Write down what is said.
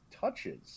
touches